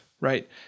right